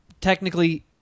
technically